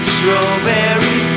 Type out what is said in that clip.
Strawberry